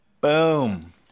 Boom